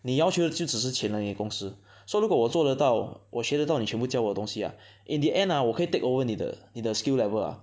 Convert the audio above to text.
你要求的就只是钱而已公司 so 如果我做得到我学得到你全部教我东西 ah in the end 我可以 take over 你的你的 skill level ah